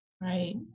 Right